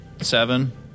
seven